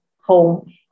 home